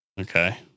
Okay